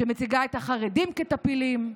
שמציגה את החרדים כטפילים.